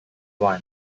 one